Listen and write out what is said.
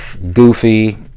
Goofy